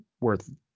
worth